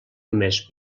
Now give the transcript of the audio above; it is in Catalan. només